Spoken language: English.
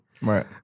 right